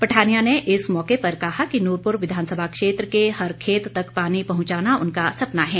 पठानिया ने इस मौके पर कहा कि नूरपुर विधानसभा क्षेत्र के हर खेत तक पानी पहुंचाना उनका सपना है